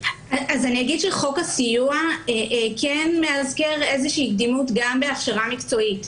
אז אני אגיד שחוק הסיוע כן מאזכר איזושהי קדימות גם בהכשרה מקצועית.